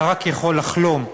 אתה רק יכול לחלום,